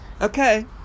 Okay